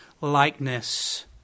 likeness